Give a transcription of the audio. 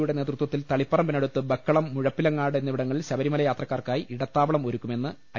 യുടെ നേതൃത്വത്തിൽ തളി പ്പറമ്പിനടുത്ത് ബക്കളം മുഴപ്പിലങ്ങാട് എന്നിവിടങ്ങളിൽ ശബരിമല യാത്ര ക്കാർക്കായി ഇടത്താവളം ഒരുക്കുമെന്ന് ഐ